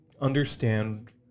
understand